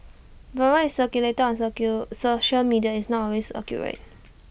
but what is circulated on social media is not always accurate